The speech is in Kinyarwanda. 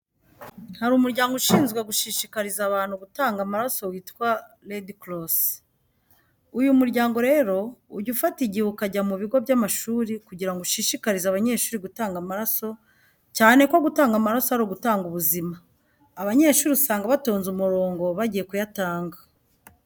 Hari umuryango ushinzwe gushishikariza abantu gutanga amaraso witwa Red Cross. Uyu muryango rero ujya ufata igihe ukajya mu bigo by'amashuri kugira ngo ushishikarize abanyeshuri gutanga amaraso, cyane ko gutanga amaraso ari ugutanga ubuzima. Abanyeshuri usanga batonze umurongo bagiye kuyatanga.